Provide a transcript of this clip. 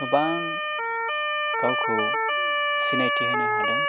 गोबां गावखौ सिनायथि होनो हादों